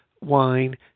wine